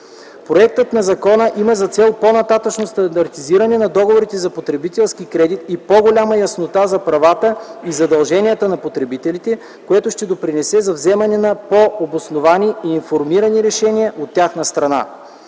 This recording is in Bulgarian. Законопроектът има за цел по-нататъшно стандартизиране на договорите за потребителски кредит и по-голяма яснота за правата и задълженията на потребителите, което ще допринесе за вземане на по-обосновани и информирани решения от тяхна страна.